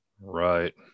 Right